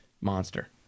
monster